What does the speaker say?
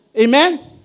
Amen